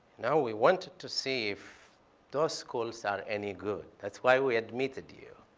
know, we wanted to see if those schools are any good. that's why we admitted you.